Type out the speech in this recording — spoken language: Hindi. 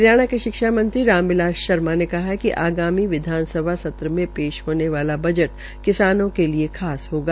हरियाणा के शिक्षामंत्री राम बिलास शर्मा ने कहा है कि आगामी विधानसभा सत्र में पेश होने वाला बा़ ट किसानों के लिये खास होगा